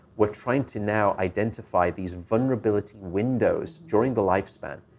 we're trying to now identify these vulnerability windows during the lifespan.